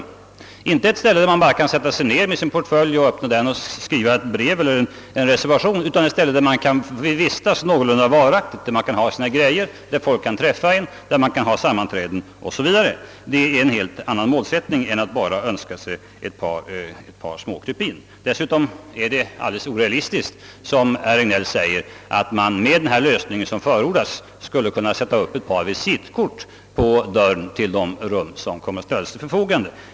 Vi vill inte bara ha ett ställe där man kan sätta sig ned, öppna sin portfölj och skriva ett brev eller en reservation, utan vi vill ha ett ställe där man kan vistas, där man kan ha sina saker, där folk kan träffa en, där man kan ha sammanträden o.s.v. Det är en helt annan målsättning än att bara nöja sig med ett krypin. Dessutom är det orealistiskt att säga som herr Regnéll att man med den lösning som förordas skulle kunna sätta upp ett par visitkort på dörren till de rum som kommer att ställas till förfogande.